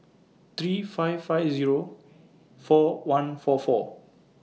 three five five Zero four one four four